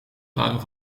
waren